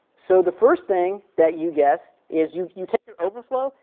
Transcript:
so the first thing that you guess is you you take your overflow,